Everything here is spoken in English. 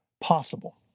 possible